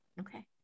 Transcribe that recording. okay